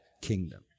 kingdom